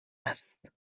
است